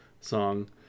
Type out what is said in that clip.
song